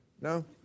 No